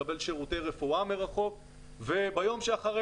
לקבל שירותי רפואה מרחוק וביום שאחרי